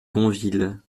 gonville